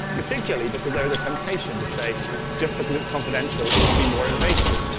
particularly because they're is a temptation to say just because it's confidential, it can be more invasive.